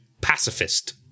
pacifist